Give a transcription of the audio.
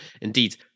Indeed